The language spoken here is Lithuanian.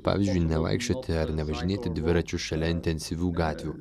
pavyzdžiui nevaikščioti ar nevažinėti dviračiu šalia intensyvių gatvių